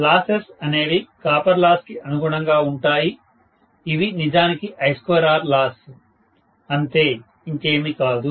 losses అనేవి copper loss కి అనుగుణంగా ఉంటాయి ఇవి నిజానికి I2R లాస్ అంతే ఇంకేమి కాదు